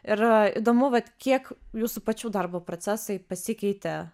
ir įdomu vat kiek jūsų pačių darbo procesai pasikeitė